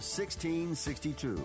1662